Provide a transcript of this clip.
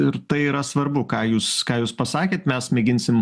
ir tai yra svarbu ką jūs ką jūs pasakėt mes mėginsim